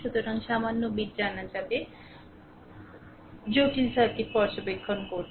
সুতরাং সামান্য জানা যাবে জটিল সার্কিট পর্যবেক্ষণ করতে